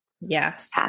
Yes